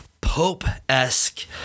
Pope-esque